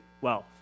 wealth